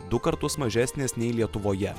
du kartus mažesnis nei lietuvoje